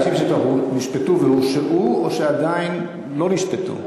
אנשים שנשפטו והורשעו או שעדיין לא נשפטו?